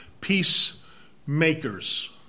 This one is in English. peacemakers